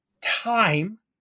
time